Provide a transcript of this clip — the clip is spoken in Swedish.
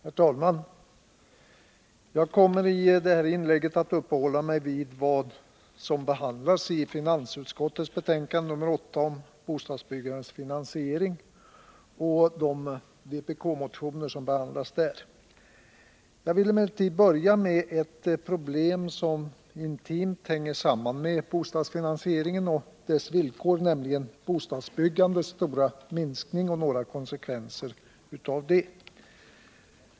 Herr talman! Jag kommer att i detta inlägg uppenhålla mig vid vad som handlar om bostadsbyggandets finansiering i finansutskottets betänkande nr 8 och de vpk-motioner som behandlas där. Jag vill emellertid börja med ett problem som intimt hänger samman med bostadsfinansieringen och dess villkor, nämligen bostadsbyggandets stora minskning och några konsekvenser av detta.